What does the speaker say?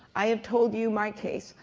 i have told you my case.